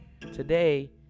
today